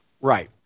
Right